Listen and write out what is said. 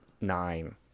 nine